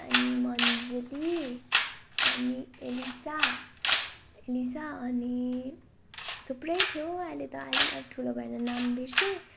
अनि मन्जली अनि Elisa Elisa अनि थुप्रै थियो अहिले त अलि अब ठुलो भएर नाम बिर्सेँ